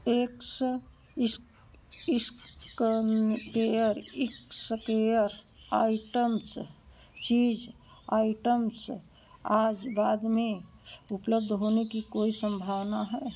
eggs इस्कम care इक्स care items चीज आइटम्स आज बाद में उपलब्ध होने की कोई संभावना है